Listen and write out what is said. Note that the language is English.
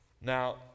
Now